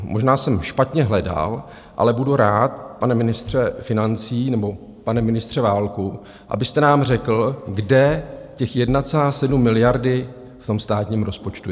Možná jsem špatně hledal, ale budu rád, pane ministře financí nebo pane ministře Válku, abyste nám řekl, kde těch 1,7 miliardy v tom státním rozpočtu je.